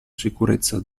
sicurezza